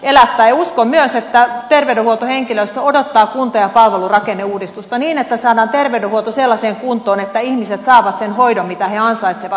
ja uskon myös että terveydenhuoltohenkilöstö odottaa kunta ja palvelurakenneuudistusta niin että saadaan terveydenhuolto sellaiseen kuntoon että ihmiset saavat sen hoidon minkä he ansaitsevat